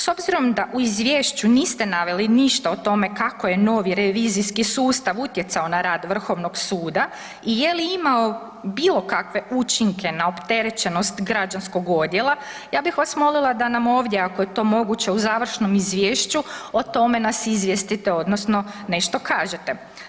S obzirom da u izvješću niste naveli ništa o tome kako je novi revizijski sustav utjecao na rad vrhovnog suda i je li imao bilo kakve učinke na opterećenost građanskog odjela, ja bih vas molila da nam je ovdje ako je to moguće u završnom izvješću o tome nas izvijestite odnosno nešto kažete.